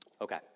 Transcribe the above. Okay